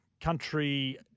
Country